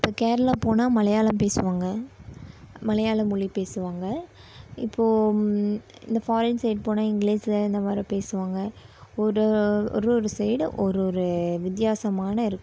இப்போ கேர்ளா போனால் மலையாளம் பேசுவாங்க மலையாளம் மொழி பேசுவாங்க இப்போது இந்த ஃபாரின் சைட் போனால் இங்கிலீஸீ அந்த மாதிரி பேசுவாங்க ஒரு ஒரு ஒரு சைட் ஒரு ஒரு வித்தியாசமான இருக்கும்